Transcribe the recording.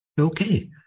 Okay